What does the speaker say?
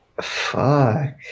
Fuck